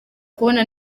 kubona